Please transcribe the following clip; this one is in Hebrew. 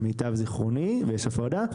למיטב זיכרוני; יש הפרדה,